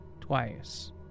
twice